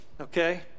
okay